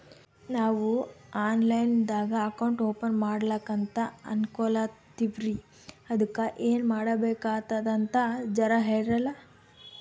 ನಾವು online ದಾಗ account open ಮಾಡ್ಲಕಂತ ಅನ್ಕೋಲತ್ತೀವ್ರಿ ಅದಕ್ಕ ಏನ ಮಾಡಬಕಾತದಂತ ಜರ ಹೇಳ್ರಲ?